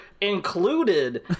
included